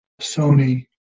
Sony